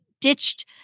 ditched